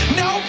no